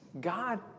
God